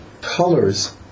colors